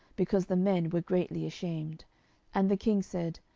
because the men were greatly ashamed and the king said,